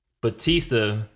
Batista